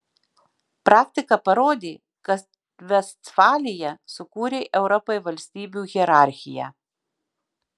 praktika parodė kad vestfalija sukūrė europai valstybių hierarchiją